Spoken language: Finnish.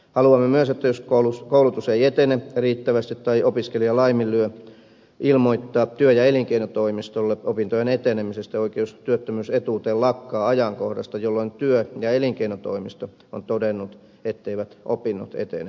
haluamme myös että jos koulutus ei etene riittävästi tai opiskelija laiminlyö ilmoittaa työ ja elinkeinotoimistolle opintojen etenemisestä oikeus työttömyysetuuteen lakkaa ajankohdasta jolloin työ ja elinkeinotoimisto on todennut etteivät opinnot etene vaaditulla tavalla